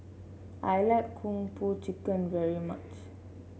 I like Kung Po Chicken very much